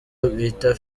bita